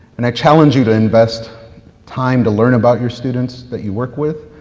and i challenge you to invest time to learn about your students that you work with,